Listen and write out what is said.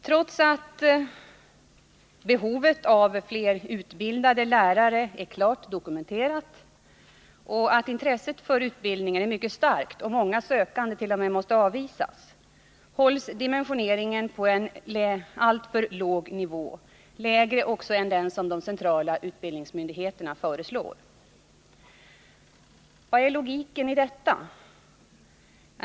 Trots att behovet av fler utbildade lärare är klart dokumenterat och att intresset för utbildningen är mycket starkt och många sökande t.o.m. måste avvisas, hålls dimensioneringen på en lägre nivå än vad de centrala utbildningsmyndigheterna föreslår. Vad är logiken i detta?